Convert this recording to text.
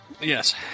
Yes